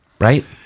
right